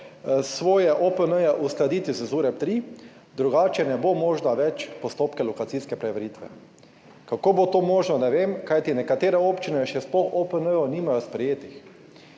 svoje OPN uskladiti z ZUreP-3, drugače ne bo možna več postopka lokacijske preveritve. Kako bo to možno, ne vem, kajti nekatere občine še sploh OPN nimajo sprejetih.